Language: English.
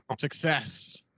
Success